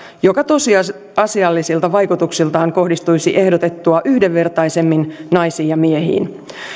joka tosiasiallisilta vaikutuksiltaan kohdistuisi ehdotettua yhdenvertaisemmin naisiin ja miehiin